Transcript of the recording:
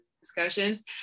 discussions